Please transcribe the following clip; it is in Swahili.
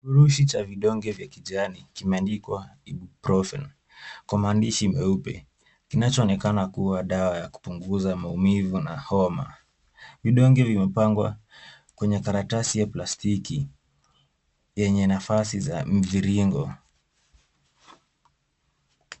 Kifurushi cha vidonge vya kijani kimeandikwa Ibuprofen kwa maandishi meupe kinachoonekana kuwa dawa ya kupunguza maumivu na homa. Vidonge vimepangwa kwenye karatasi ya plastiki yenye nafasi za mviringo.